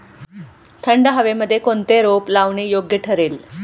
थंड हवेमध्ये कोणते रोप लावणे योग्य ठरेल?